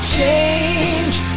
Change